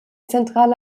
zentrale